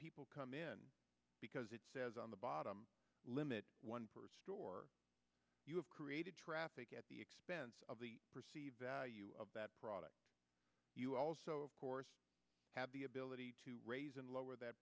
people come in because it says on the bottom limit one per store you have created traffic at the expense of the perceived value of that product you also of course have the ability to raise and lower that